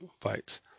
fights